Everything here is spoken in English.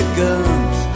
guns